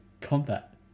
combat